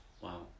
Wow